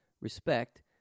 respect